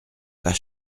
pas